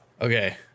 Okay